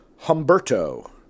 Humberto